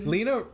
Lena